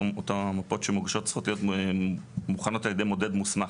אותן מפות שמוגשות צריכות להיות מוכנות על ידי מודד מוסמך.